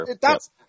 thats